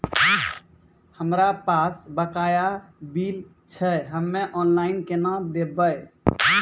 हमरा पास बकाया बिल छै हम्मे ऑनलाइन केना देखबै?